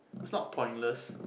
is not pointless